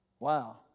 Wow